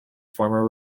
former